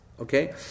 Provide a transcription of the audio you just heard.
Okay